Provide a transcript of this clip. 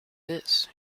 this